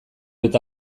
eta